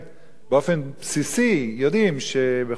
באופן בסיסי יודעים שבכל בית,